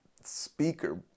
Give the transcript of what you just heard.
speaker